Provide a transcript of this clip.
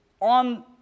on